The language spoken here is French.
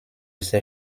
ses